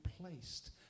placed